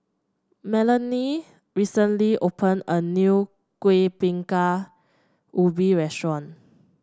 Melanie recently opened a new Kueh Bingka Ubi restaurant